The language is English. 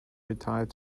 retired